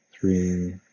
three